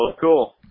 Cool